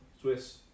Swiss